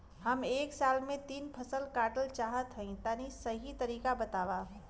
हम एक साल में तीन फसल काटल चाहत हइं तनि सही तरीका बतावा?